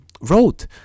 wrote